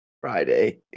Friday